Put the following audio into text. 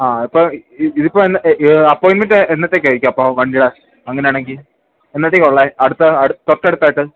ആ ഇപ്പ ഇതിപ്പോ അപ്പോയിൻമെൻറ് എന്നത്തേക്ക ആയിരിക്കും അപ്പോ വണ്ടിട അങ്ങനെയാണെങ്കി എന്നത്തേക്ക ഒള്ളേ അടുത്ത തൊറ്റടുത്തായിട്ട്